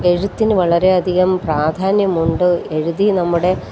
എഴുത്തിന് വളരെയധികം പ്രാധാന്യമുണ്ട് എഴുതി നമ്മുടെ